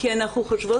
כי אנחנו חושבות